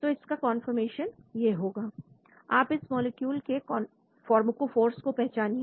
तो इसका कंफर्मेशन यह होगा आप इस मॉलिक्यूल के फॉर्मकोफोर्स को पहचानिए